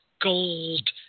gold